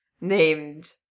named